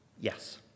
Yes